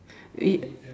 it